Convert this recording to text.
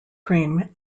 cream